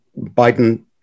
Biden